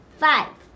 five